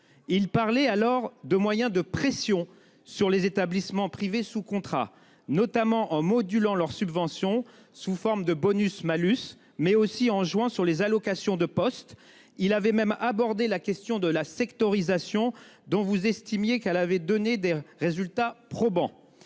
Il parlait alors de moyens de pression sur les établissements privés sous contrat, notamment en modulant leurs subventions sous forme de bonus malus, mais aussi en jouant sur les allocations de poste, il avait même aborder la question de la sectorisation dont vous estimiez qu'elle avait donné des résultats probants.